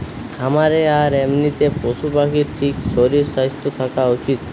খামারে আর এমনিতে পশু পাখির ঠিক শরীর স্বাস্থ্য থাকা উচিত